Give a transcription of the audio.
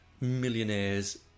millionaires